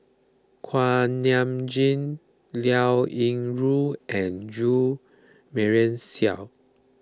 Kuak Nam Jin Liao Yingru and Jo Marion Seow